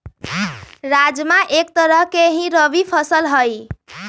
राजमा एक तरह के ही रबी फसल हई